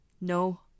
No